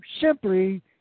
simply